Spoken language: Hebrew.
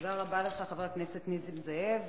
תודה רבה לך, חבר הכנסת נסים זאב.